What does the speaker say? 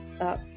up